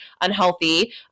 unhealthy